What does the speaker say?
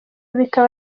bikaba